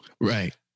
Right